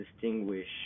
distinguish